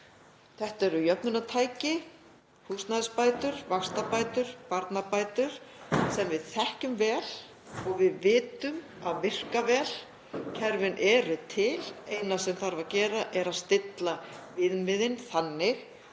Þetta eru jöfnunartæki, húsnæðisbætur, vaxtabætur, barnabætur, sem við þekkjum vel og vitum að virka vel. Kerfin eru til, það eina sem þarf að gera er að stilla viðmiðin þannig